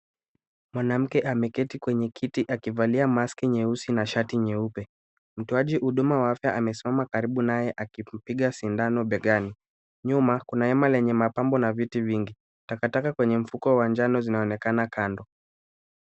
Mwanamke ameketi kwenye kiti akivalia mask nyeusi na shati nyeupe. Mtoaji wa huduma afya amesimama karibu naye akimpiga sindano mbegani. Nyuma, kuna hema lenye mapambo na viti vingi. Takataka kwenye mfuko wa njano zinaonekana kando.